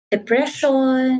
Depression